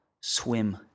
swim